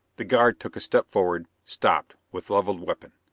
the guard took a step forward stopped, with levelled weapon.